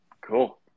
Cool